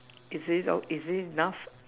is it is this enough